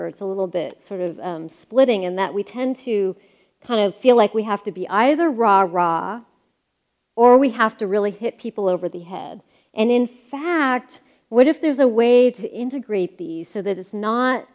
or it's a little bit sort of splitting in that we tend to kind of feel like we have to be either rah rah or we have to really hit people over the head and in fact what if there's a way to integrate these so that it's not